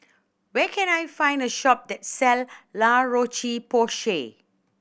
where can I find a shop that sell La Roche Porsay